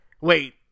wait